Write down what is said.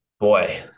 boy